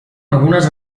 algunes